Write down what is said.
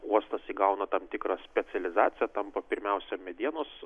uostas įgauna tam tikrą specializaciją tampa pirmiausia medienos